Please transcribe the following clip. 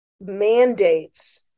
mandates